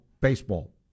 baseball